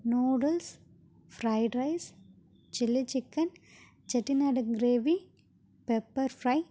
noodles fried rice chilli chicken Chettinad gravy pepper fry